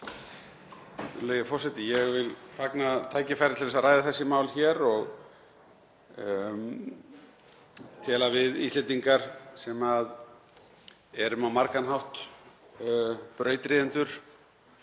Ég vil fagna tækifærinu til að ræða þessi mál hér. Ég tel að við Íslendingar, sem erum á margan hátt brautryðjendur